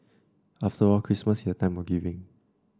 after all Christmas is the time of giving